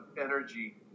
energy